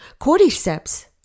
Cordyceps